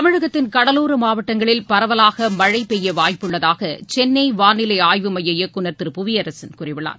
தமிழகத்தின் கடலோர மாவட்டங்களில் பரவலாக மழழ பெய்ய வாய்ப்பு உள்ளதாக சென்னை வானிலை ஆய்வு மைய இயக்குநர் திரு புவியரசன் கூறியுள்ளார்